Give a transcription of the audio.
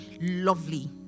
lovely